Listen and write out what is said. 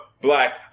black